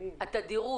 תקנות שנגעו לתעופה,